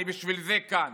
אני בשביל זה כאן,